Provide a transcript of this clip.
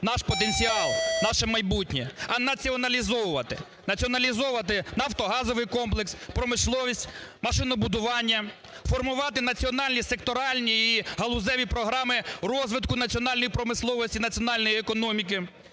наш потенціал, наше майбутнє, а націоналізовувати, націоналізовувати нафтогазовий комплекс, промисловість, машинобудування, формувати національні секторальні і галузеві програми розвитку національної промисловості, національної економіки,